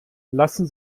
lassen